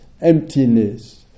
emptiness